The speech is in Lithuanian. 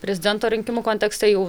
prezidento rinkimų kontekste jau